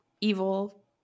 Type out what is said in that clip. evil